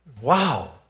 Wow